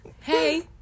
Hey